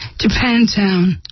Japantown